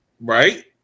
Right